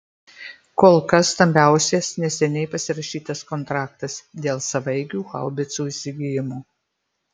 kol kas stambiausias neseniai pasirašytas kontraktas dėl savaeigių haubicų įsigijimo